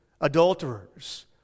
adulterers